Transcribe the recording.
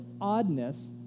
oddness